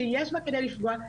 זה לא מקובל עלי,